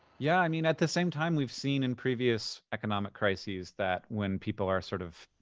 yeah, i mean, at the same time, we've seen in previous economic crises that when people are sort of,